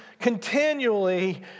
continually